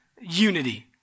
unity